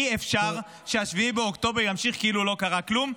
אי-אפשר ש-7 באוקטובר ימשיך כאילו לא קרה כלום.